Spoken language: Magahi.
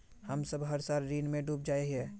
हम सब हर साल ऋण में डूब जाए हीये?